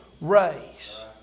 race